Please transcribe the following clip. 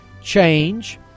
change